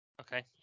Okay